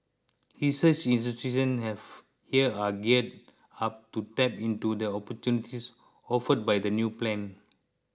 research institution have here are geared up to tap into the opportunities offered by the new plan